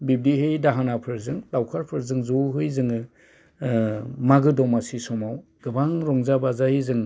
बिब्दिहै दाहोनाफोरजों लावखारफोरजों ज'है जोङो मागो दमासि समाव गोबां रंजा बाजायै जों